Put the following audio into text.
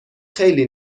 خیلی